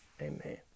Amen